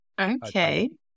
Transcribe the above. Okay